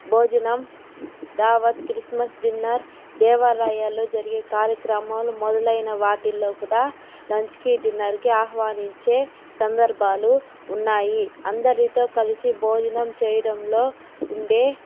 భోజనం దావత్ Christmas dinner దేవాలయాల్లో జరిగే కార్యక్రమాలు మొదలైన వాటిల్లో కూడా లంచ్కి డిన్నర్కి ఆహ్వానించే సందర్భాలు ఉన్నాయి అందరితో కలిసి భోజనం చేయడంలో ఉండే